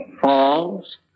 Falls